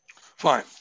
Fine